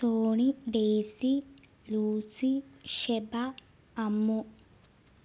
Sony Daisy Lucy Sheba Ammu